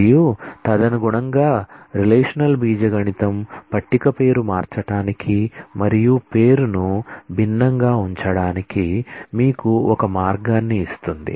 మరియు తదనుగుణంగా relational algebra table పేరు మార్చడానికి మరియు పేరును భిన్నంగా ఉంచడానికి మీకు ఒక మార్గాన్ని ఇస్తుంది